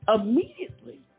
immediately